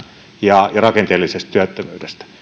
ja rakenteellisesta työttömyydestä